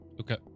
Okay